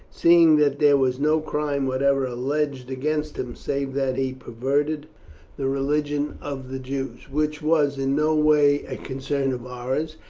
seeing that there was no crime whatever alleged against him, save that he perverted the religion of the jews, which was in no way a concern of ours,